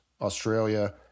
Australia